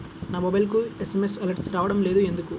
నా మొబైల్కు SMS alerts రావడం లేదు ఎందుకు?